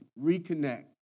Reconnect